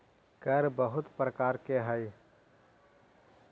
कर बहुत प्रकार के हई